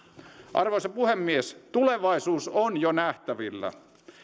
arvoisa puhemies tulevaisuus on jo nähtävillä